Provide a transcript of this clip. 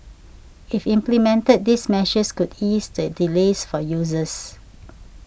if implemented these measures could eased the delays for users